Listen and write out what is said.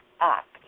act